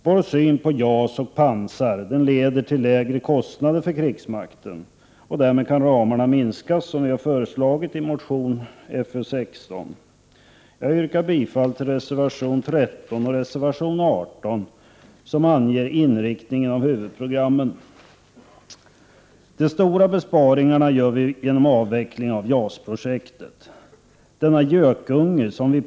Vår syn på JAS och pansarvapen leder till lägre kostnader för krigsmakten, och därmed kan ramarna minskas, som vi har föreslagit i motion Fö16. Jag yrkar bifall till reservation 13 och reservation 18, där inriktningen av huvudprogrammen anges. De stora besparingarna gör vi genom avveckling av JAS-projektet.